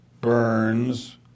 Burns